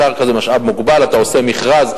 הקרקע זה משאב מוגבל, אתה עושה מכרז.